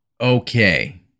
Okay